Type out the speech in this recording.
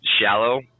shallow